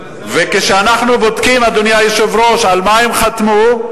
וכשאנחנו בודקים, אדוני היושב-ראש, על מה הם חתמו,